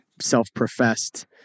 self-professed